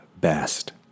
best